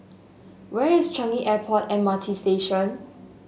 where is Changi Airport M R T Station